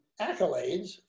accolades